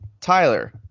Tyler